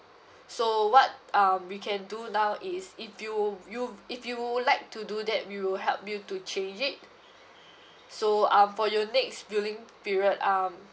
so what um we can do now is if you you if you would like to do that we will help you to change it so um for your next billing period um